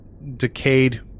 decayed